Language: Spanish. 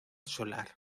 solar